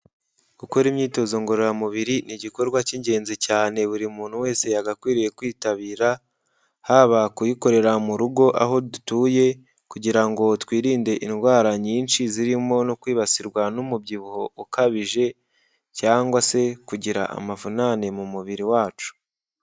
Gukora imyitozo ngororamubiri ni igikorwa cy'ingenzi cyane buri muntu wese yagakwiriye kwitabira, haba kuyikorera mu rugo aho dutuye kugira ngo twirinde indwara nyinshi zirimo no kwibasirwa n'umubyibuho ukabije cyangwa se kugira amavunane mu mubiri wacu.